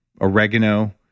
oregano